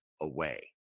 away